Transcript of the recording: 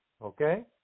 Okay